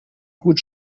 gut